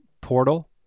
portal